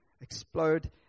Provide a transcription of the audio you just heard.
Explode